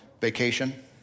vacation